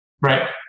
right